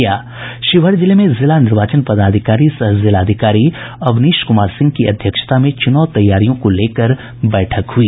शिवहर जिले में जिला निर्वाचन पदाधिकारी सह जिलाधिकारी अवनीश कुमार सिंह की अध्यक्षता में चुनाव तैयारियों को लेकर बैठक हुई